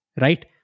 Right